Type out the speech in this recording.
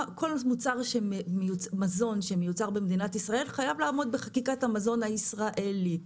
כל מזון שמיוצר במדינת ישראל חייב לעמוד בחקיקת המזון הישראלית,